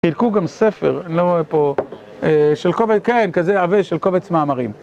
פרקו גם ספר. אני לא רואה פה... של קוב... כן, כזה עבה של קובץ מאמרים.